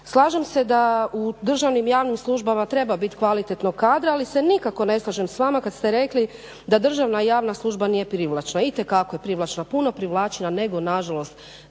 Slažem se da u državnim i javnim službama treba biti kvalitetnog kadra, ali se nikako ne slažem s vama kad ste rekli da državna i javna služba nije privlačna. Itekako je privlačna, puno privlačnija nego nažalost